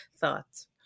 thoughts